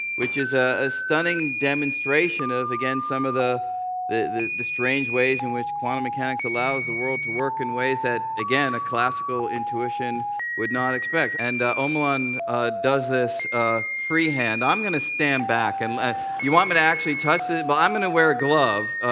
which is ah a stunning demonstration of again, some of the the strange ways in which quantum mechanics allows the world to work in ways that, again, a classical intuition would not expect. and omalon does this freehand. i'm going to stand back and you want me to actually touch this? but i'm going to wear a glove.